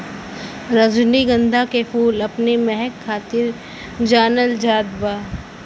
रजनीगंधा के फूल अपने महक खातिर जानल जात बा